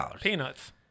Peanuts